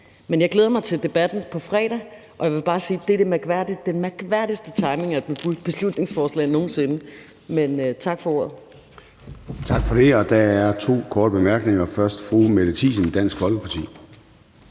Men jeg glæder mig til debatten på fredag, og jeg vil bare sige, at det er den mærkværdigste timing af et beslutningsforslag nogen sinde. Men tak for ordet. Kl. 21:47 Formanden (Søren Gade): Tak for det. Der er to, der har bedt om korte bemærkninger. Først fru Mette Thiesen, Dansk Folkeparti.